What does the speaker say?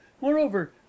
moreover